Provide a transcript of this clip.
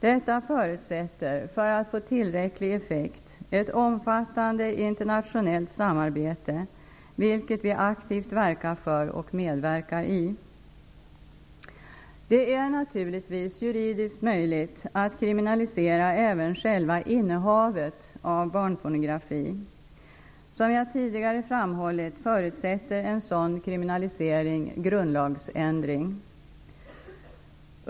Detta förutsätter, för att få tillräcklig effekt, ett omfattande internationellt samarbete, vilket vi aktivt verkar för och medverkar i. Det är naturligtvis juridiskt möjligt att kriminalisera även själva innehavet av barnpornografi. Som jag tidigare framhållit förutsätter en sådan kriminalisering grundlagsändring.